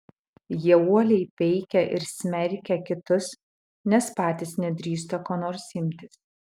jie uoliai peikia ir smerkia kitus nes patys nedrįsta ko nors imtis